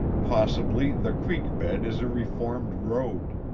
possibly the creek bed is a reformed road.